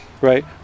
right